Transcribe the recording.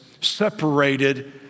separated